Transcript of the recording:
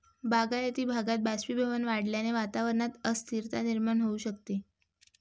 बागायती भागात बाष्पीभवन वाढल्याने वातावरणात अस्थिरता निर्माण होऊ शकते